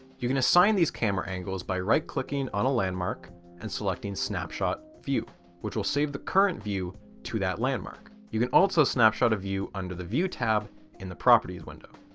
you can assign these camera angles by right clicking on a landmark and selecting snapshot view which will save the current view to that landmark. you can also snapshot a view under the view tab in the properties window.